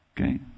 Okay